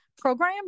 program